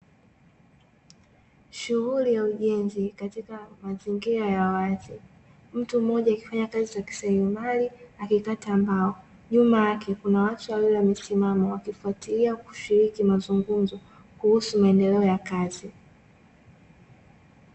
Shughuli ya ujenzi katika mazingira ya wazi, mtu mmoja akifanya kazi ya kiseremala akikata mbao, nyuma yake kuna watu wawili wamesimama wakifuatilia kushiriki mazungumzo, kuhusu maendeleo ya kazi.